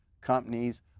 companies